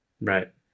Right